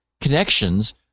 connections